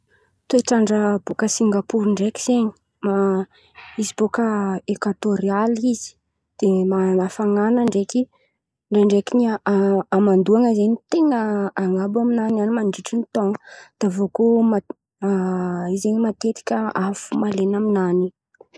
Toetr'andra bôkà Singapor ndraiky zen̈y izy bôkà ekatorialy izy dia man̈ana hafan̈ana ndraiky ndraindraiky ny han-han- hamandoan̈a zen̈y ten̈a an̈abo aminany ao mandritrin'ny taon̈o. Dia avy eo koà izy zen̈y matetika avy fo mahalen̈y aminàny an̈y.